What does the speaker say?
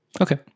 Okay